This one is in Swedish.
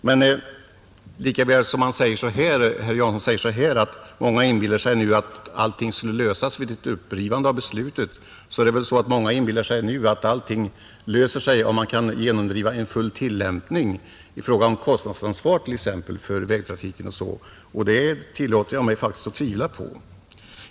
Men lika väl som många, enligt vad herr Jansson säger, inbillar sig att alla problem skulle lösas genom ett upprivande av beslutet, är det nog många som tror att allting klarar sig om man kan genomdriva en full tillämpning av det, t.ex. i fråga om kostnadsansvaret för vägtrafiken. Det tillåter jag mig faktiskt att tvivla på.